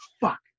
Fuck